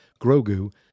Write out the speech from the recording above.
Grogu